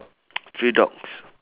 three dogs